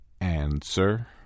Answer